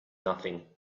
nothing